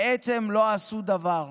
בעצם לא עשו דבר.